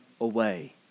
away